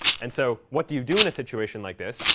and so what do you do in a situation like this?